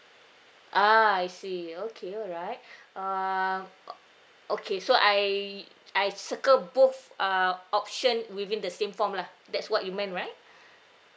ah I see okay all right um o~ okay so I I circle both uh option within the same form lah that's what you meant right